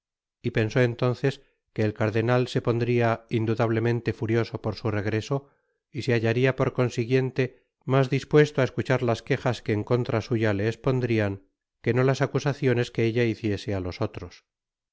y pensó entonces que el cardenal se pondría indudablemente furioso por su regreso y se hallaria por consiguiente mas dispuesto á escuchar las quejas que en contra suya le'espondrian que no las acusaciones que ella hiciese á los otros